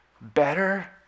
better